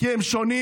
כי הם שונים?